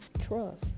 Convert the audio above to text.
trust